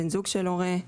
בן זוג של הורה,